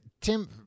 Tim